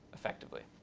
effectively.